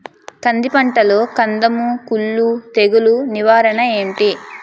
కంది పంటలో కందము కుల్లు తెగులు నివారణ ఏంటి?